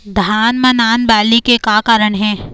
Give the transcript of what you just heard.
धान म नान बाली के का कारण हे?